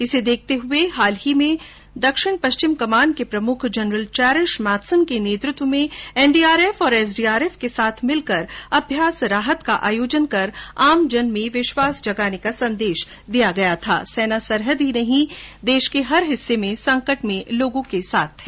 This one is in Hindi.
इसे देखते हुए हाल ही में दक्षिण पश्चिमी कमान के प्रमुख जनरल चेरिश मैथ्सन के नेतृत्व में एनडीआरएफ और एसडीआरएफ के साथ मिलकर अभ्यास राहत का आयोजन कर आमजन में विश्वास जगाने का संदेश दिया था कि सेना सरहद ही नहीं देश के हर हिस्से में संकट के समय लोगों के साथ है